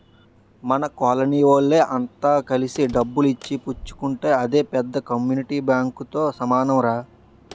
మన కోలనీ వోళ్ళె అంత కలిసి డబ్బులు ఇచ్చి పుచ్చుకుంటే అదే పెద్ద కమ్యూనిటీ బాంకుతో సమానంరా